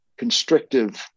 constrictive